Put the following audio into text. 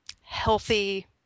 healthy